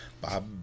Bob